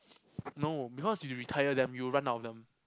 no because if you retire them you'll run out of them